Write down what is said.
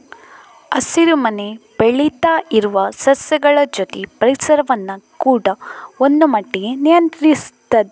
ಹಸಿರು ಮನೆ ಬೆಳೀತಾ ಇರುವ ಸಸ್ಯಗಳ ಜೊತೆ ಪರಿಸರವನ್ನ ಕೂಡಾ ಒಂದು ಮಟ್ಟಿಗೆ ನಿಯಂತ್ರಿಸ್ತದೆ